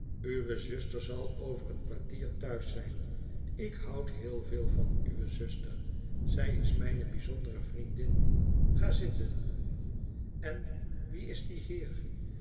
uwe zuster zal over een kwartier thuis zijn ik houd heel veel van uwe zuster zij is mijne bijzondere vriendin ga zitten en wie is die heer